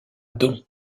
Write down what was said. don